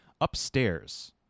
upstairs